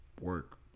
work